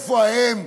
איפה האם?